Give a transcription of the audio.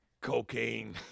cocaine